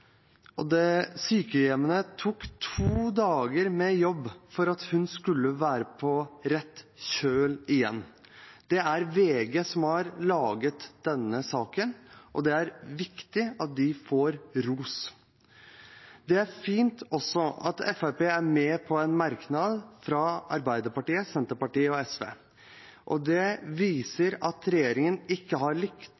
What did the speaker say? og for sykehjemmet tok det to dager å få henne på rett kjøl igjen. Det er VG som har fått fram denne saken, og det er viktig at de får ros. Det er også fint at Fremskrittspartiet er med på en merknad fra Arbeiderpartiet, Senterpartiet og SV, og det